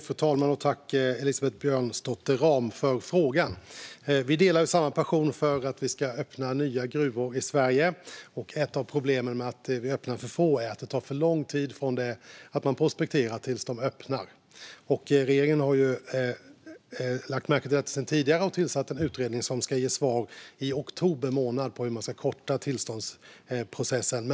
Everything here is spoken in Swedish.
Fru talman! Tack, Elisabeth Björnsdotter Rahm, för frågan! Vi delar samma passion för att öppna nya gruvor i Sverige, och ett av problemen som bidrar till att vi öppnar för få är att det tar för lång tid från det att man prospekterar tills de öppnar. Regeringen har lagt märke till detta sedan tidigare och tillsatt en utredning som ska ge svar i oktober månad på hur man kan korta tillståndsprocessen.